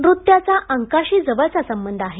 नृत्याचा अंकांशी जवळचा संबंध आहे